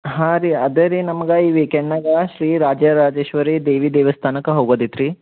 ಹಾಂ ರೀ ಅದೇ ರೀ ನಮ್ಗೆ ಈ ವೀಕೆಂಡ್ನಾಗ ಶ್ರೀ ರಾಜರಾಜೇಶ್ವರಿ ದೇವಿ ದೇವಸ್ಥಾನಕ್ಕೆ ಹೋಗೋದು ಇತ್ತು ರೀ